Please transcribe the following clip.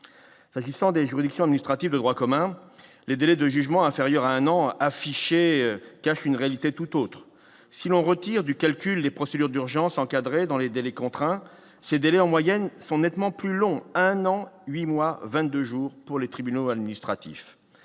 s'agissant des juridictions nitrates et de droit commun, les délais de jugement inférieure à un an affichés cache une réalité toute autre si l'on retire du calcul des procédures d'urgence encadré dans les délais, contraint, CDD en moyenne sont nettement plus long un an 8 mois 22 jours pour les tribunaux administratifs